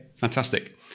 fantastic